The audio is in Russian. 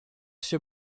все